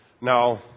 Now